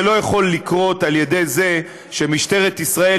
זה לא יכול לקרות על ידי זה שמשטרת ישראל